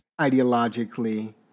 ideologically